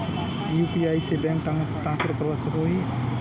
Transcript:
UPI से bank transfer करवा सकोहो ही?